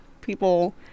people